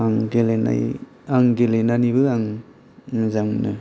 आं गेलेनाय आं गेलेनानैबो आं मोजां मोनो